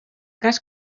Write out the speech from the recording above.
cas